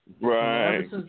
Right